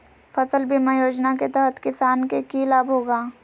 फसल बीमा योजना के तहत किसान के की लाभ होगा?